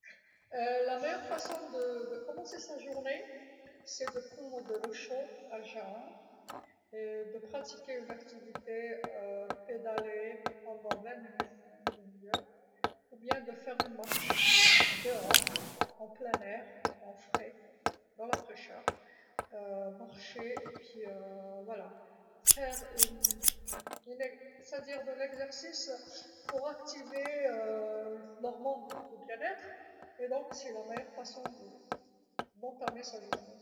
أفضل طريقه باش تبدا نهارك هي تشرب لما سخون على الخوا، دير نشاط تبيدالي لمدة عشرين دقيقه لنص ساعه، و لا دير المشي برا في الهواء الطلق النقي في الإنتعاش، تمشي و منبعد هاذي هي، دير تمرين باش تفعل هورمون تع نكون مليح، إذا هي أفضل طريقه باش تبدا نهارك.